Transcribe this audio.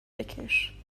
بکش